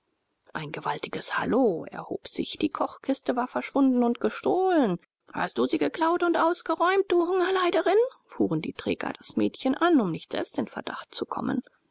ein gewaltiges hallo erhob sich die kochkiste war verschwunden und gestohlen hast du sie geklaut und ausgeräumt du hungerleiderin fuhren die träger das mädchen an um nicht selbst in verdacht zu kommen